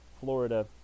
Florida